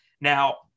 Now